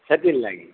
ସେଥିଲାଗି